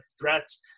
threats